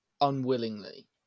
unwillingly